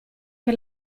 che